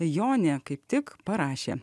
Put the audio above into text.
jonė kaip tik parašė